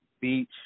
beach